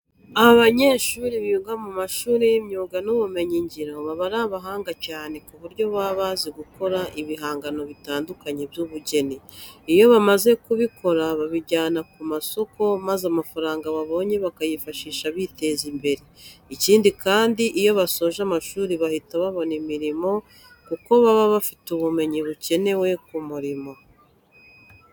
Abanyeshuri biga mu mashuri y'imyuga n'ubumenyingiro, baba ari abahanga cyane ku buryo baba bazi gukora ibihangano bitandukanye by'ubugeni. Iyo bamaze kubikora babijyana ku masoko maze amafaranga babonye bakayifashisha biteza imbere. Ikindi kandi, iyo basoje amashuri bahita babona imirimo kuko baba bafite ubumenyi bukenewe ku murimo.